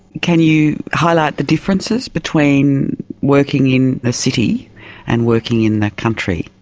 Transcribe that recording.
can you highlight the differences between working in the city and working in the country?